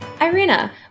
Irina